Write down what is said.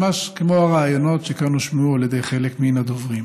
ממש כמו הרעיונות שהשמיעו כאן חלק מן הדוברים.